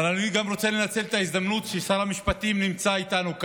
אבל אני גם רוצה לנצל את ההזדמנות ששר המשפטים נמצא איתנו כאן.